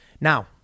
Now